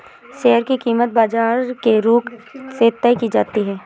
share की कीमत बाजार के रुख से तय की जाती है